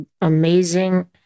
amazing